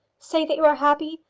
say that you are happy?